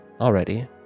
already